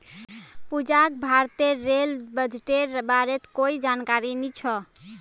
पूजाक भारतेर रेल बजटेर बारेत कोई जानकारी नी छ